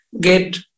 get